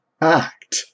act